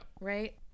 right